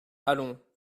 allons